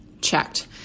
checked